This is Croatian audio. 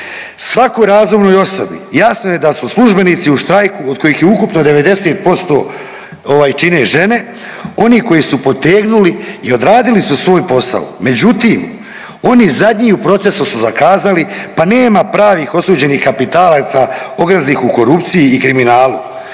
Svakoj razumnoj osobi jasno je da su službenici u štrajku od kojih je ukupno 90% ovaj čine žene oni koji su potegnuli i odradili su svoj posao. Međutim, oni zadnji u procesu su zakazali pa nema pravih osuđenih kapitalaca ogrizlih u korupciji i kriminalu.